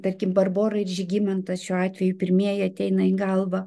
tarkim barbora ir žygimantas šiuo atveju pirmieji ateina į galvą